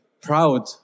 proud